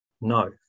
No